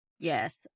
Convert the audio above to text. Yes